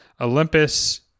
Olympus